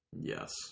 Yes